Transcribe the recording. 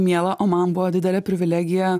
miela o man buvo didelė privilegija